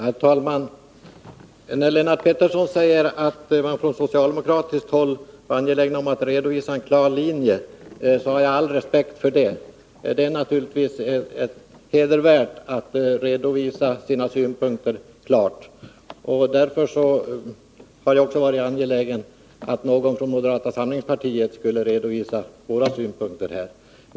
Herr talman! Lennart Pettersson säger att man från socialdemokratiskt håll var angelägen om att redovisa en klar linje. Det har jag all respekt för. Det är naturligtvis hedervärt att klart redovisa sina synpunkter. Därför har jag också varit angelägen om att någon från moderata samlingspartiet här skulle redovisa våra synpunkter.